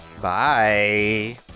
bye